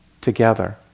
together